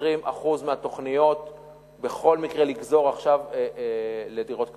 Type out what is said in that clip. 20% מהתוכניות בכל מקרה לגזור עכשיו לדירות קטנות.